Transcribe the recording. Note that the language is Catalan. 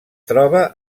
troba